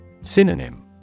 Synonym